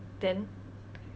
then